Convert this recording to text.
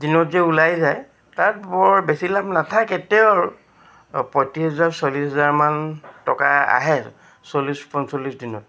দিনত যে ওলাই যায় তাত বৰ বেছি লাভ নাথাকে তেও আৰু পঁয়ত্ৰিছ হাজাৰ চল্লিছ হাজাৰমান টকা আহে চল্লিছ পঞ্চল্লিছ দিনত